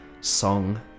Song